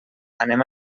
anem